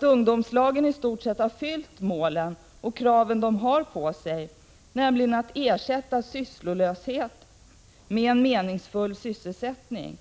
ungdomslagen i stort sett har uppnått det mål som uppsattes och tillgodosett de krav som ställdes på ungdomslagen, nämligen att ersätta sysslolöshet med en meningsfull sysselsättning.